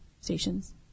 stations